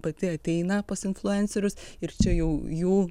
pati ateina pas influencerius ir čia jau jų